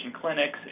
clinics